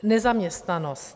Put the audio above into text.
Nezaměstnanost.